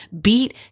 beat